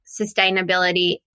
sustainability